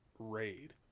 raid